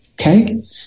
Okay